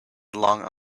along